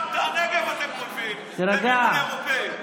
גם את הנגב אתם גונבים במימון אירופי.